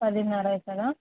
పదిన్నర అవుతుందా